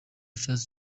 yashatse